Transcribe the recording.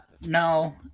No